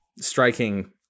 striking